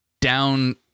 down